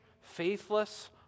faithless